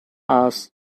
asked